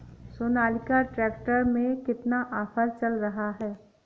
Sonalika tractor में कितना offer चल रहा है?